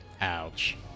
Ouch